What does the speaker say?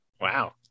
Wow